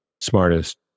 smartest